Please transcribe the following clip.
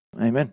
Amen